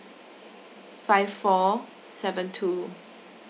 five four seven two